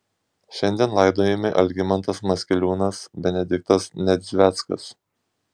šiandien laidojami algimantas maskeliūnas benediktas nedzveckas